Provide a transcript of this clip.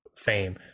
fame